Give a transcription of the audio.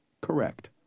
Correct